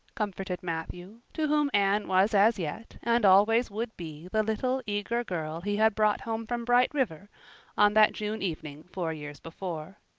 comforted matthew, to whom anne was as yet and always would be the little, eager girl he had brought home from bright river on that june evening four years before.